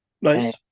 nice